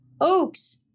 oaks